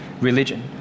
religion